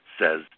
Says